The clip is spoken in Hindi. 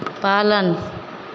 पालन